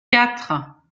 quatre